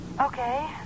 Okay